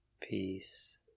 peace